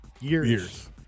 years